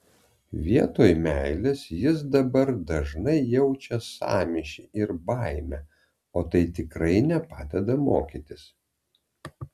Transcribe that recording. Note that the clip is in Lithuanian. vietoj meilės jis dabar dažnai jaučia sąmyšį ir baimę o tai tikrai nepadeda mokytis